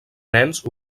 nens